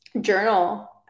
Journal